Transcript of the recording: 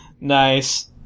Nice